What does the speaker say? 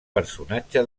personatge